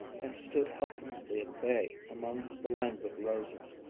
and stood helplessly at bay among the languid roses.